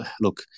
Look